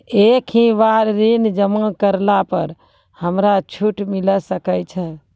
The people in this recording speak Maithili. एक ही बार ऋण जमा करला पर हमरा छूट मिले सकय छै?